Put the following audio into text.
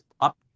up